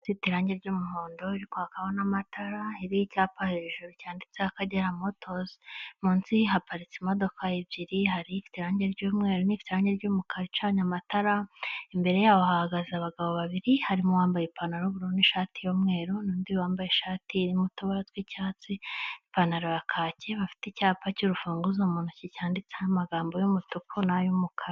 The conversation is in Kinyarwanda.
Ifite irangi ry'umuhondo iri kwaho n'amatara, iriho icyapa hejuru cyanditseho akagera motozi, munsi haparitse imodoka ebyiri hari ifite irangi ry'umweru, n'ifite irangi ry'umukara icanye amatara, imbere yaho hahagaze abagabo babiri, harimo uwambaye ipantaro y'ubururu n'ishati y'umweru, n'undi wambaye ishati irimo utubara twicyatsi, ipantaro ya kaki, bafite icyapa cy'urufunguzo mu ntoki cyanditseho amagambo y'umutuku, n'ay'umukara.